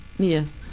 Yes